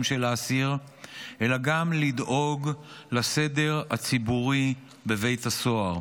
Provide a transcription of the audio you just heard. של האסיר אלא גם לדאוג לסדר הציבורי בבית הסוהר,